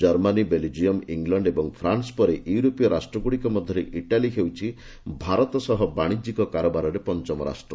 Germany Belgium England ଏବଂ France ପରେ ୟରୋପୀୟ ରାଷ୍ଟ୍ରଗ୍ରଡିକ ମଧ୍ୟରେ ଇଟାଲୀ ହେଉଛି ଭାରତ ସହ ବାଶିଜ୍ୟିକ କାରବାରରେ ପଞ୍ଚମ ରାଷ୍ଟ୍ର